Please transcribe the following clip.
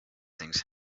things